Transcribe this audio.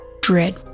Dread